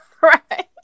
Right